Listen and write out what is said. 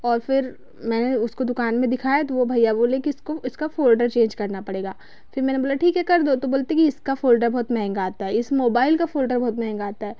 और फिर मैंने उसको दुकान में दिखाया तो वो भैया बोले इसको इसका फोल्डर चेंज करना पड़ेगा फिर मैंने बोला ठीक है कर दो तो बोलते है कि इसका फोल्डर बहुत महंगा आता है इस मोबाईल का फोल्डर बहुत महंगा आता है